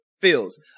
feels